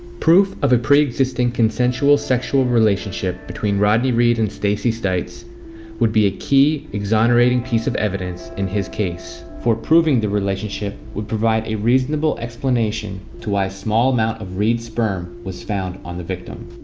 proof of a preexisting consensual sexual relationship between rodney reed and stacey stites would be a key exonerating piece of evidence in his case for proving the relationship would provide a reasonable explanation to why a small amount of reed's sperm was found on the victim.